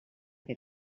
fer